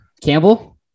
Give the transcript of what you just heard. Campbell